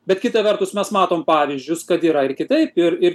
bet kita vertus mes matom pavyzdžius kad yra ir kitaip ir ir